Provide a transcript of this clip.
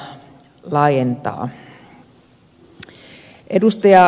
erkki virtaselle